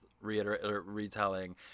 retelling